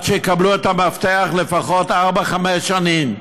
שיקבלו את המפתח לפחות ארבע-חמש שנים?